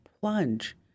plunge